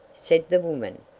said the woman,